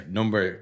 number